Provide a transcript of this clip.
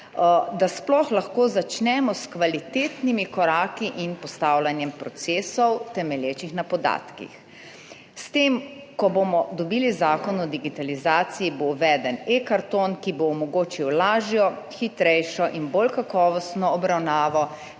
da sploh lahko začnemo s kvalitetnimi koraki in postavljanjem procesov temelječih na podatkih. S tem, ko bomo dobili Zakon o digitalizaciji, bo uveden E-karton, ki bo omogočil lažjo, hitrejšo in bolj kakovostno obravnavo